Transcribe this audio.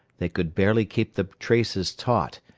they could barely keep the traces taut,